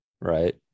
right